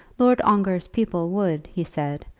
lord ongar's people would, he said,